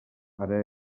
ara